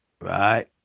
right